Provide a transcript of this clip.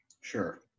Sure